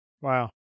Wow